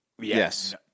Yes